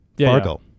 Fargo